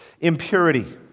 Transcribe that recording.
Impurity